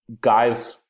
guys